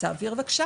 הבנייה,